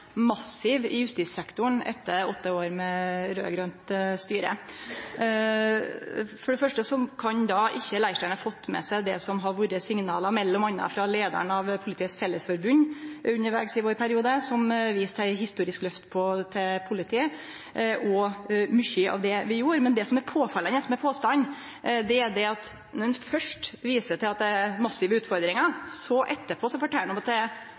i justissektoren etter åtte år med raud-grønt styre. For det første kan ikkje Leirstein då ha fått med seg det som undervegs i vår periode har vore signala frå m.a. leiaren av Politiets Fellesforbund, som viste til eit historisk løft for politiet og mykje av det vi gjorde. Men det som er påfallande med påstanden, er at ein først viser til at det er massive utfordringar, og så